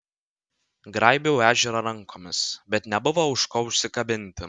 graibiau ežerą rankomis bet nebuvo už ko užsikabinti